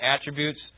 attributes